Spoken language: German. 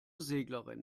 seglerin